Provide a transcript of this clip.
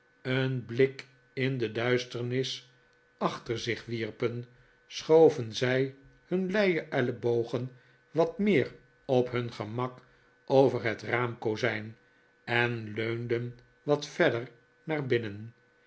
een blik in de duisternis achter zich wierpen schoven zij hun luie ellebogen wat meer op hun gemak over het raamkozijn en leunden wat verder naar binnen